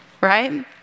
right